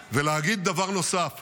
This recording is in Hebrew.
לא להתבסס ולהתבוסס בשתי זירות,